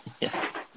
Yes